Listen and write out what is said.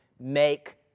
Make